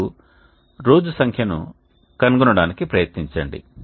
ఇప్పుడు రోజు సంఖ్యను కనుగొనడానికి ప్రయత్నించండి